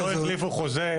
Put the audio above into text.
לא החליפו חוזה.